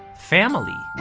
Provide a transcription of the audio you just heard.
family.